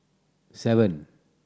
seven